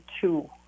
two